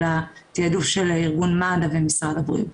אלא תיעדוף של מד"א ומשרד הבריאות.